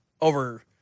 over –